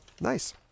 nice